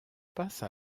passe